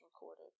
recorded